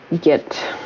get